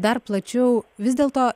dar plačiau vis dėlto